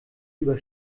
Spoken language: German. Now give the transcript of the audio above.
über